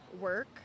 work